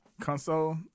console